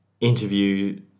interview